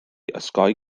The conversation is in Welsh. osgoi